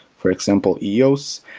for example eos.